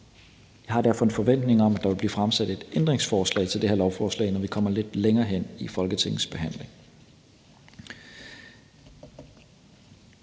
Jeg har derfor en forventning om, at der vil blive stillet et ændringsforslag til det her lovforslag, når vi kommer lidt længere hen i Folketingets behandling.